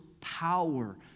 power